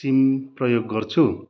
SIM प्रयोग गर्छु